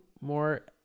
more